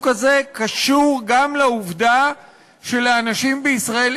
הזה קשור גם לעובדה שלאנשים בישראל,